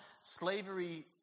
Slavery